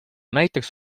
näiteks